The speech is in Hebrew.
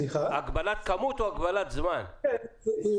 או בזמן?